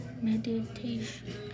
Meditation